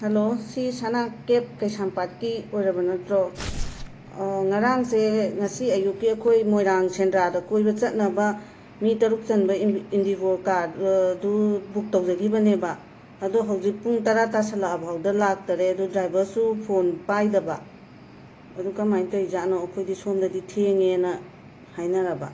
hello ꯁꯤ ꯁꯅ cab ꯀꯩꯁꯥꯝꯄꯥꯠꯀꯤ ꯑꯣꯏꯔꯕ ꯅꯠꯇ꯭ꯔꯣ ꯉꯔꯥꯡꯁꯦ ꯉꯁꯤ ꯑꯌꯨꯛꯀꯤ ꯑꯩꯈꯣꯏ ꯃꯣꯏꯔꯥꯡ ꯁꯦꯟꯗ꯭ꯔꯥꯗ ꯀꯣꯏꯕ ꯆꯠꯅꯕ ꯃꯤ ꯇꯔꯨꯛ ꯆꯟꯕ ꯏꯟ ꯏꯟꯗꯤꯒꯣ ꯀꯥꯔ ꯑꯗꯨ ꯕꯨꯛ ꯇꯧꯖꯈꯤꯕꯅꯦꯕ ꯑꯗꯣ ꯍꯧꯖꯤꯛ ꯄꯨꯡ ꯇꯔꯥ ꯇꯥꯁꯤꯜꯂꯛꯑꯐꯥꯎꯗ ꯂꯥꯛꯇꯔꯦ ꯑꯗꯣ ꯗ꯭ꯔꯥꯏꯕꯔꯁꯨ ꯐꯣꯟ ꯄꯥꯏꯗꯕ ꯑꯗꯣ ꯀꯃꯥꯏ ꯇꯧꯔꯤꯖꯥꯠꯅꯣ ꯑꯈꯣꯢꯗꯤ ꯁꯣꯝꯗꯗꯤ ꯊꯦꯡꯉꯦꯅ ꯍꯥꯏꯅꯔꯕ